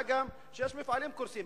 מה גם שיש מפעלים קורסים.